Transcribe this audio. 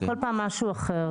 זה כל פעם משהו אחר.